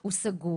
הוא סגור.